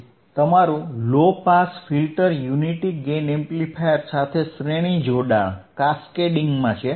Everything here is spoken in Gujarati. તેથી તમારું low pass filter unity gain amplifier સાથે શ્રેણી જોડાણ છે